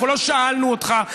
אנחנו לא שאלנו אותך.